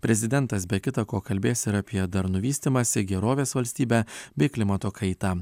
prezidentas be kita ko kalbės ir apie darnų vystymąsi gerovės valstybę bei klimato kaitą